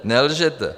Nelžete!